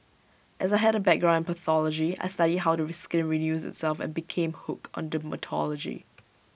as I had A background pathology I studied how the re skin renews itself and became hooked on dermatology